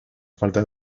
falta